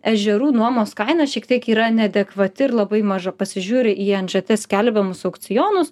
ežerų nuomos kaina šiek tiek yra neadekvati ir labai maža pasižiūri į nžt skelbiamus aukcionus